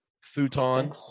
Futon